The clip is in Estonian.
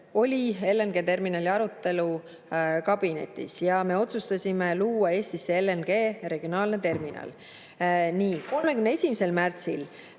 oli LNG-terminali arutelu kabinetis ja me otsustasime luua Eestisse LNG regionaalse terminali. 31. märtsil